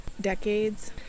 decades